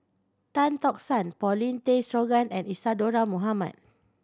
Tan Tock San Paulin Tay Straughan and Isadhora Mohamed